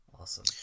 Awesome